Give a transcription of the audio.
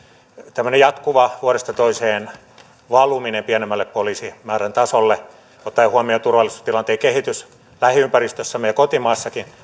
tämmöinen vuodesta toiseen jatkuva valuminen pienemmälle poliisimäärän tasolle ottaen huomioon turvallisuustilanteen kehityksen lähiympäristössämme ja kotimaassakin